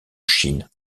chine